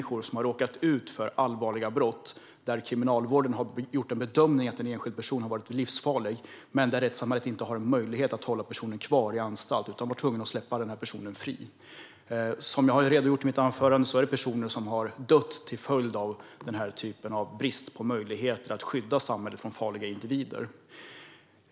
Kriminalvården kan ha gjort bedömningen att en enskild person är livsfarlig, men rättssamhället har inte haft någon möjlighet att hålla personen kvar i anstalt utan man har varit tvungen att släppa personen i fråga fri, och så har väldigt många människor råkat ut för allvarliga brott. Som jag har redogjort för i mitt anförande finns det personer som har dött till följd av denna brist på möjligheter att skydda samhället från farliga individer.